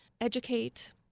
educate